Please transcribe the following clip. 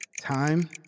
Time